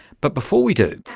but before we do,